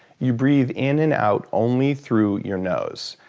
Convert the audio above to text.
you breath in and out only through your nose.